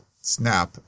snap